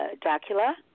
Dracula